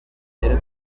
tugere